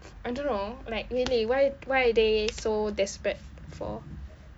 I don't know like really why why are they so desperate for